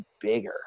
bigger